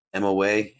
MOA